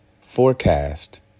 forecast